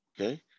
okay